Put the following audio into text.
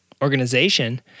organization